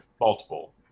multiple